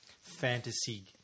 fantasy